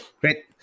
Great